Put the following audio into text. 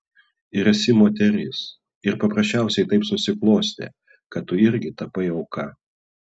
ir esi moteris ir paprasčiausiai taip susiklostė kad tu irgi tapai auka